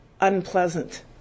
unpleasant